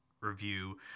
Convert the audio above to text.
review